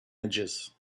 edges